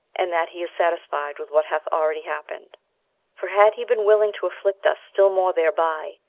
and that he is satisfied with what hath already happened for had he been willing to afflict us still more thereby,